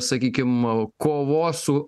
sakykim kovos su